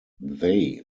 they